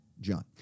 John